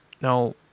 Now